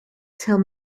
tell